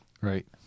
right